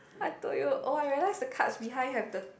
I told you oh I realize the card behind have the